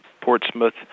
Portsmouth